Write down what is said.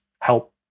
help